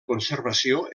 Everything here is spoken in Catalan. conservació